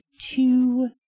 two